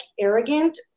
arrogant